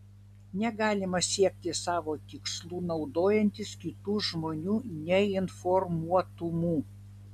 negalima siekti savo tikslų naudojantis kitų žmonių neinformuotumu